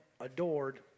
adored